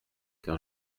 car